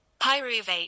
Pyruvate